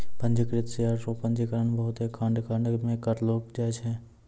पंजीकृत शेयर रो पंजीकरण बहुते खंड खंड मे करलो जाय छै